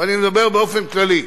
ואני מדבר באופן כללי: